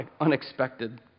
unexpected